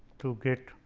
to get